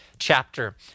chapter